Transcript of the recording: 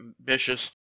ambitious